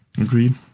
Agreed